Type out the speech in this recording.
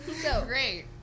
great